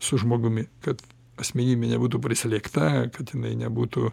su žmogumi kad asmenybė nebūtų prislėgta kad jinai nebūtų